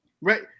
Right